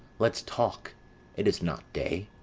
let's talk it is not day.